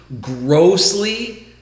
grossly